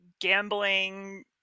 gambling